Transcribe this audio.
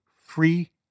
free